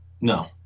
No